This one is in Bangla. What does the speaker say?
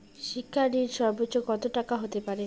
শিক্ষা ঋণ সর্বোচ্চ কত টাকার হতে পারে?